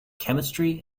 chemistry